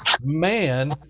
man